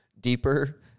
deeper